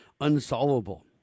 unsolvable